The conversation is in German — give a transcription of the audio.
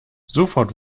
sofort